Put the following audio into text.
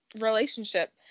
relationship